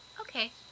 Okay